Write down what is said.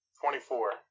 Twenty-four